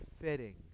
fitting